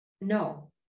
no